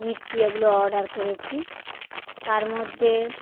মিষ্টি এগুলো অর্ডার করেছি তার মধ্যে